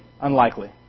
unlikely